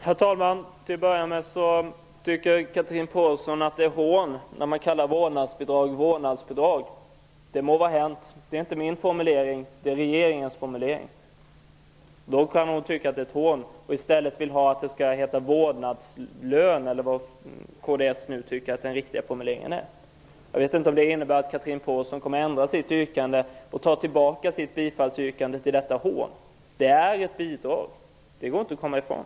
Herr talman! Chatrine Pålsson tycker att det är ett hån att kalla vårdnadsbidrag för vårdnadsbidrag. Det må vara hänt -- det är inte min formulering, utan det är regeringens formulering. Hon kan tycka att det är ett hån mot bakgrund av att kds vill ha vårdnadslön, eller vad kds nu tycker är den riktiga formuleringen. Jag vet inte om detta innebär att Chatrine Pålsson kommer att ändra sig och ta tillbaka sitt yrkande om bifall när det gäller detta ''hån''. Det är fråga om ett bidrag. Det kan vi inte komma ifrån.